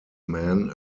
men